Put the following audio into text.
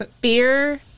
beer